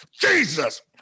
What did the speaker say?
Jesus